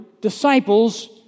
disciples